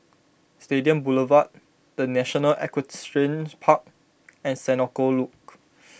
Stadium Boulevard the National Equestrian Park and Senoko Loop